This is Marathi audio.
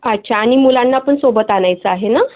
अच्छा आणि मुलांना पण सोबत आणायचं आहे ना